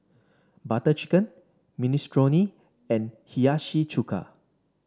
Butter Chicken Minestrone and Hiyashi Chuka